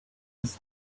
his